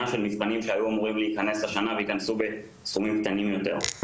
של מבחנים שהיו אמורים להיכנס השנה וייכנסו בסכומים קטנים יותר.